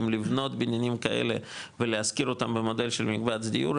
האם לבנות בניינים כאלה ולהשכיר אותם במודל של מקבץ דיור,